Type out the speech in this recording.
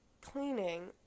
cleaning